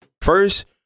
first